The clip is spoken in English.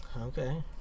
Okay